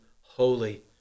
holy